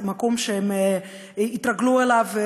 מקום שהם התרגלו אליו.